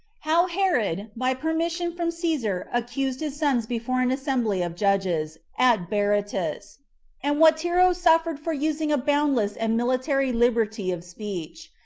how herod, by permission from caesar accused his sons before an assembly of judges at berytus and what tero suffered for using a boundless and military liberty of speech.